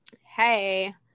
hey